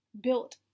built